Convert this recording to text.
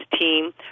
team